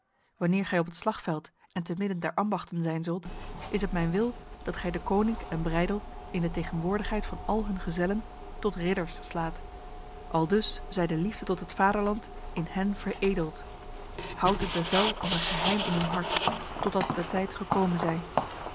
wanneer gij op het slagveld en te midden der ambachten zijn zult is het mijn wil dat gij deconinck en breydel in de tegenwoordigheid van al hun gezellen tot ridders slaat aldus zij de liefde tot het vaderland in hen veredeld houd dit bevel als een geheim in uw hart totdat de tijd gekomen zij